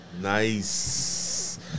Nice